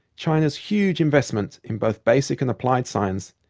china's huge investment in both basic and applied science,